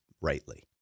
rightly